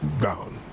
down